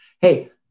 Hey